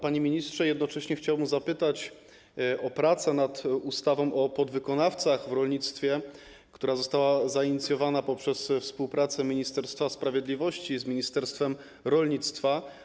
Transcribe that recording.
Panie ministrze, jednocześnie chciałbym zapytać o prace nad ustawą o podwykonawcach w rolnictwie, która została zainicjowana poprzez współpracę Ministerstwa Sprawiedliwości z ministerstwem rolnictwa.